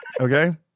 Okay